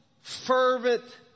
fervent